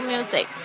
Music